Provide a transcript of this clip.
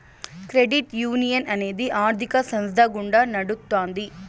credit union అనేది ఆర్థిక సంస్థ గుండా నడుత్తాది